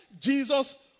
Jesus